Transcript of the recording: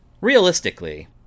Realistically